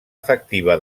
efectiva